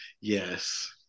yes